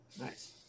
Nice